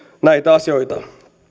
näitä asioita